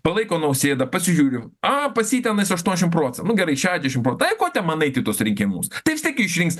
palaiko nausėdą pasižiūriu a pas jį tenais aštuonšimt procentų nu gerai šedešimt procentų tai ko ten man eit į tuos rinkimus tai vis tiek jį išrinks